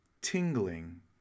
tingling